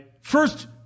First